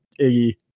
Iggy